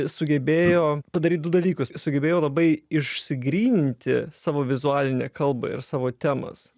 sugebėjo padaryt du dalykus sugebėjo labai išsigryninti savo vizualinę kalbą ir savo temas